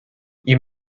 you